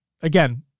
again